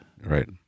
Right